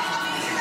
את התקלה בכנסת